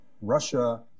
Russia